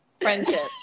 Friendship